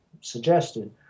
suggested